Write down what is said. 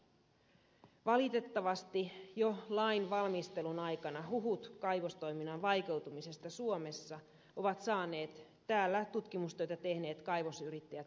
valitettavasti jo lain valmistelun aikana huhut kaivostoiminnan vaikeutumisesta suomessa ovat saaneet täällä tutkimustöitä tehneet kaivosyrittäjät varuilleen